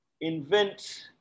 invent